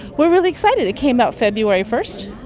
we're really excited. it came out february first,